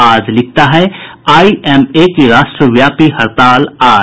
आज लिखता है आईएमए की राष्ट्रव्यापी हड़ताल आज